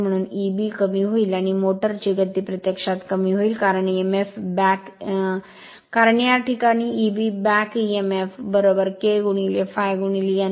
म्हणून एबी कमी होईल आणि मोटर ची गती प्रत्यक्षात कमी होईल कारण emf बॅक कारण या प्रकरणात E B back emf K ∅ n